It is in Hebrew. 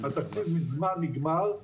התקציב מזמן נגמר,